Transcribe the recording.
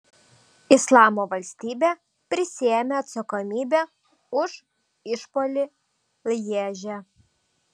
islamo valstybė prisiėmė atsakomybę už išpuolį lježe